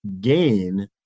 gain